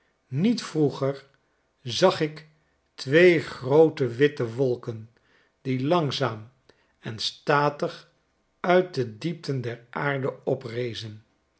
niet vroeger zag ik twee groote witte wolken die langzaam en statig uit de diepten der aarde